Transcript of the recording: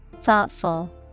Thoughtful